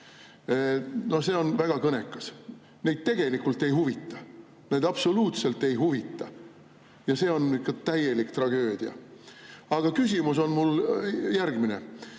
See on väga kõnekas. Neid tegelikult see ei huvita, absoluutselt ei huvita. See on ikka täielik tragöödia. Aga küsimus on mul järgmine.